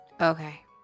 Okay